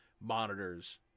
monitors